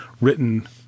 written